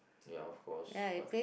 ya of course what